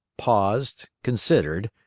paused, considered,